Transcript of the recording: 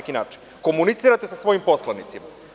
Komunicirate sa svojim poslanicima.